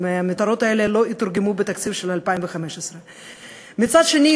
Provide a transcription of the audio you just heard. המטרות האלה לא יתורגמו בתקציב של 2015. מצד שני,